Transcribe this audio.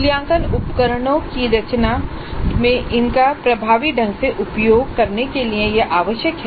मूल्यांकन उपकरण की रचना में इनका प्रभावी ढंग से उपयोग करने के लिए यह आवश्यक है